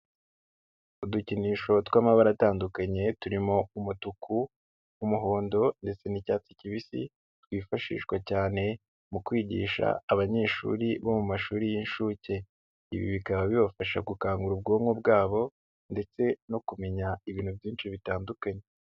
Udukinisho tw'amabara atandukanye, turimo umutuku, umuhondo ndetse n'icyatsi kibisi, twifashishwa cyane mu kwigisha abanyeshuri bo mu mashuri y'inshuke. Ibi bikaba bibafasha gukangura ubwonko bwabo ndetse no kumenya ibintu byinshi bitandukanye.